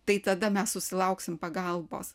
tai tada mes susilauksim pagalbos